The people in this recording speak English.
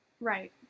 Right